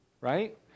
Right